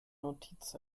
notiz